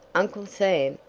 uncle sam,